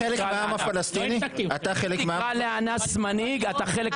אני לא הפסקתי אותך.